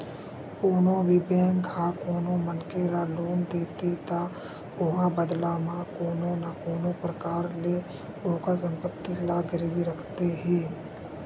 कोनो भी बेंक ह कोनो मनखे ल लोन देथे त ओहा बदला म कोनो न कोनो परकार ले ओखर संपत्ति ला गिरवी रखथे